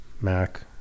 Mac